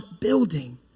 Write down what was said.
building